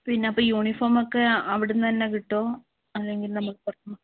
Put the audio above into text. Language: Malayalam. പിന്നെ അപ്പം യൂണിഫോമൊക്കെ അവിടെ നിന്നുതന്നെ കിട്ടുമോ അല്ലെങ്കിൽ നമ്മൾ പുറത്തു നിന്ന്